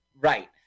Right